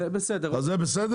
זה בסדר?